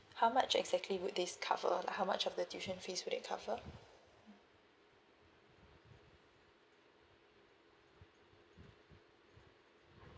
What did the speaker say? how much exactly would this cover like how much of the tuition fees would it cover